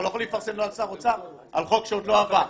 אנחנו לא יכולים לפרסם נוהל שר אוצר על חוק שעוד לא עבר.